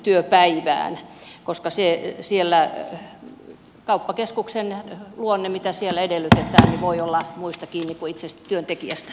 kauppakeskuksen luonne se mitä siellä edellytetään voi olla muista kiinni kuin itse työntekijästä